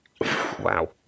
Wow